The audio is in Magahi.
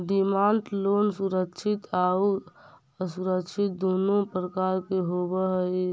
डिमांड लोन सुरक्षित आउ असुरक्षित दुनों प्रकार के होवऽ हइ